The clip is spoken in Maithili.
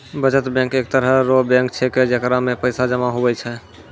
बचत बैंक एक तरह रो बैंक छैकै जेकरा मे पैसा जमा हुवै छै